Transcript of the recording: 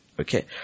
Okay